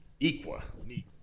Equa